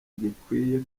gikwiriye